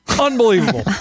unbelievable